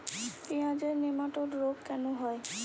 পেঁয়াজের নেমাটোড রোগ কেন হয়?